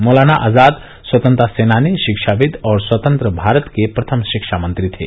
मौलाना आजाद स्वतंत्रता सेनानी शिक्षाविद और स्वतंत्र भारत के प्रथम शिक्षा मंत्री थे